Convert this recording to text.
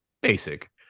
basic